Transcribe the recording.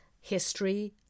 history